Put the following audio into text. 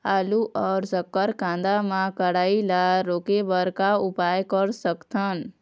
आलू अऊ शक्कर कांदा मा कढ़ाई ला रोके बर का उपाय कर सकथन?